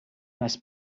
must